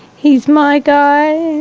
he's my guy